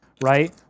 Right